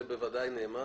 זה בוודאי נאמר,